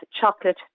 chocolate